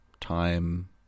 time